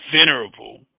Venerable